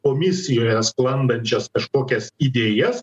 komisijoje sklandančias kažkokias idėjas